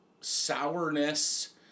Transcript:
sourness